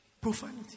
Profanity